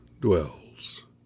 dwells